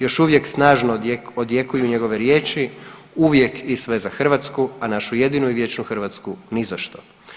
Još uvijek snažno odjekuju njegove riječi uvijek i sve za Hrvatsku, a našu jedinu i vječnu Hrvatsku ni za što.